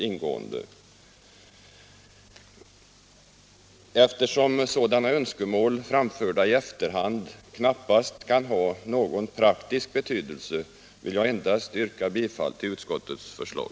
Då sådana önskemål framförda i efterhand knappast kan ha någon praktisk betydelse vill jag endast yrka bifall till utskottets förslag.